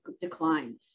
decline